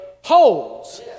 holds